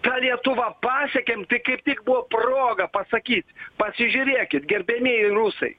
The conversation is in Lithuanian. ką lietuva pasiekėm tai kaip tik buvo proga pasakyt pasižiūrėkit gerbiamieji rusai